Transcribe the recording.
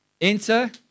Enter